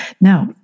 Now